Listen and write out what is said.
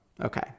Okay